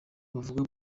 bavugwa